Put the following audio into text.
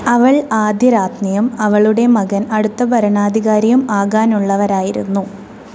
അവൾ ആദ്യരാജ്ഞിയും അവളുടെ മകൻ അടുത്ത ഭരണാധികാരിയും ആകാനുള്ളവരായിരുന്നു